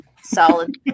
solid